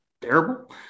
terrible